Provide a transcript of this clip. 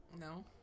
No